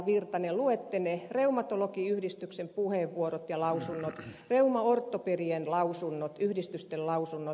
virtanen luette ne reumatologiyhdistyksen puheenvuorot ja lausunnot reumaortopedien lausunnot yhdistysten lausunnot